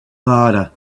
harder